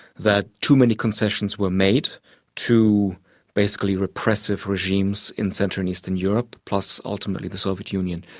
that too many concessions were made to basically repressive regimes in central and eastern europe, plus ultimately the soviet union.